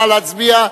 נא להצביע.